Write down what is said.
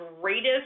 greatest